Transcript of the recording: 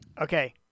okay